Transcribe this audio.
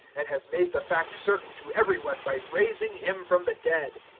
and has made the fact certain to every one by raising him from the dead.